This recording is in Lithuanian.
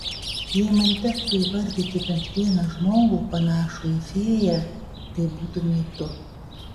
jei man tektų įvardyti bent vieną žmogų panašų į fėją tai būtumei tu